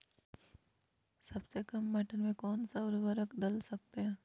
सबसे काम मटर में कौन सा ऊर्वरक दल सकते हैं?